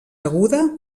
aguda